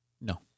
No